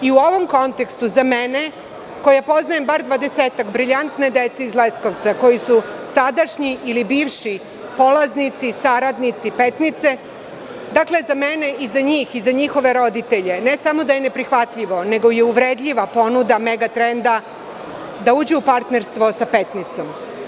U ovom kontekstu, za mene koja poznajem bar dvadesetak briljantne dece iz Leskovca, koji su sadašnji ili bivši polaznici, saradnici Petnice, za mene, za njih i za njihove roditelje, ne samo da je neprihvatljiva, nego je uvredljiva ponuda Megatrenda da uđe u partnerstvo sa Petnicom.